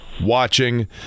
watching